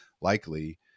likely